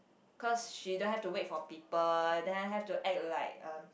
cause she don't have to wait for people then have to act like um